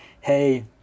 hey